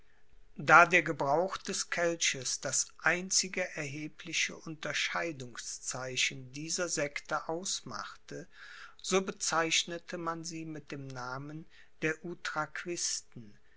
da der gebrauch des kelchs das einzige erhebliche unterscheidungszeichen dieser sekte ausmachte so bezeichnete man sie mit dem namen der